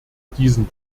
diesen